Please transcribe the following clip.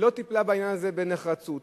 ולא טיפלה בעניין הזה בנחרצות,